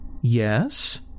Yes